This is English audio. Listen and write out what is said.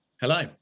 Hello